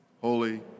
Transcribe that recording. Holy